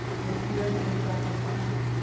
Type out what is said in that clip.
when fear didn't dry us up,